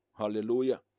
Hallelujah